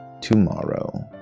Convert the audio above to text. tomorrow